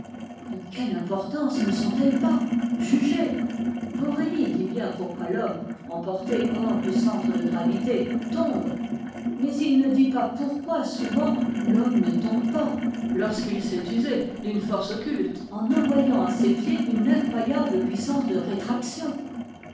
de quelle importance ne sont-elles pas jugez borelli dit bien pourquoi l'homme emporté hors du centre de gravité tombe mais il ne dit pas pourquoi souvent l'homme ne tombe pas lorsqu'il sait user d'une force occulte en envoyant à ses pieds une incroyable puissance de rétraction